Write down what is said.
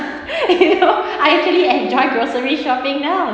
you know I actually enjoy grocery shopping now